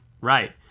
right